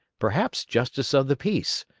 perhaps justice of the peace,